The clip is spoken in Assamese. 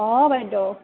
অ' বাইদেউ